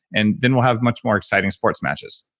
and then we'll have much more exciting sports matches,